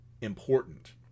important